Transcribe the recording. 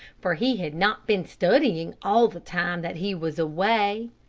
for he had not been studying all the time that he was away.